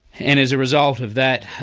and as a result of that,